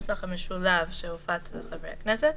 התשפ"א-2020.